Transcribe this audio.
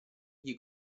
gli